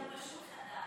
אתה פשוט חדש.